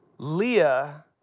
Leah